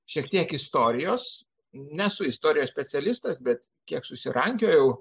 šiek tiek istorijos nesu istorijos specialistas bet kiek susirankiojau